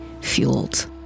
fueled